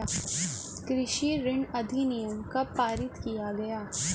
कृषि ऋण अधिनियम कब पारित किया गया?